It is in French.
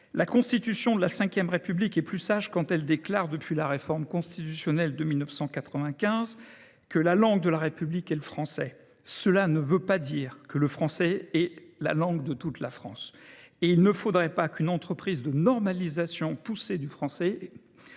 La Constitution de la V République est plus sage quand elle déclare, depuis la réforme constitutionnelle de 1992, que « la langue de la République est le français ». Cela ne veut pas dire que le français est la langue de toute la France et il ne faudrait pas qu’une entreprise de normalisation poussée du français